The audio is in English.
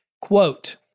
Quote